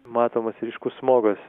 matomas ryškus smogas